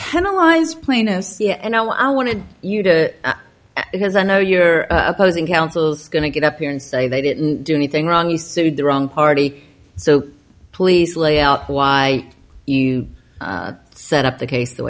penalize plaintiff c and l i wanted you to because i know your opposing counsel is going to get up here and say they didn't do anything wrong he sued the wrong party so please lay out why you set up the case the